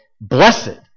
blessed